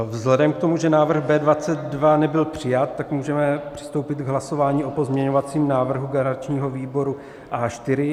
Vzhledem k tomu, že návrh B22 nebyl přijat, tak můžeme přistoupit k hlasování o pozměňovacím návrhu garančního výboru A4.